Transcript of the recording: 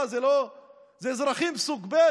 מה זה, אזרחים סוג ב'?